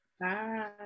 bye